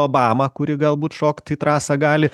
obamą kuri galbūt šokt į trasą gali